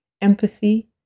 empathy